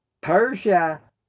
Persia